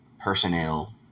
personnel